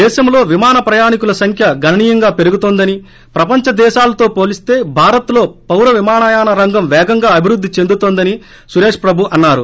దేశంలో విమాన ప్రయాణీకుల సంఖ్య గణనీయంగా పెరుగుతోందని ప్రపంచ దేశాలతో పోలిస్తే భారత్లో పారవిమానయాన రంగం పేగంగా అభివృద్ది చెందుతోందని సురేష్ ప్రభు అన్నారు